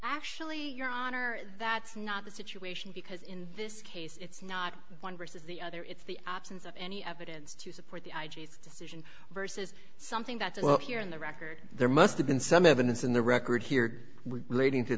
actually your honor that's not the situation because in this case it's not one versus the other it's the absence of any evidence to support the decision versus something that's well here in the record there must have been some evidence in the record here we